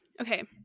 Okay